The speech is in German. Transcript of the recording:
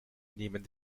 nehmend